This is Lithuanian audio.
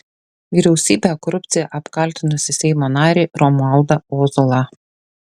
vyriausybę korupcija apkaltinusį seimo narį romualdą ozolą